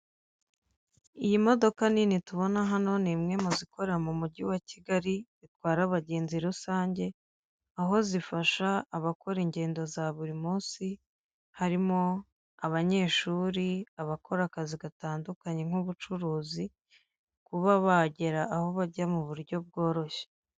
Iyi modoka nini tubona hano ni imwe mu zikorera mu mujyi wa Kigali zitwara abagenzi rusange, aho zifasha abakora ingendo za buri munsi, harimo abanyeshuri, abakora akazi gatandukanye nk'ubucuruzi kuba bagera aho bajya mu buryo bworoshye.